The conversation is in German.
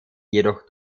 jedoch